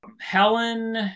helen